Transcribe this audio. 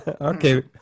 Okay